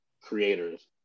creators